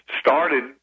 started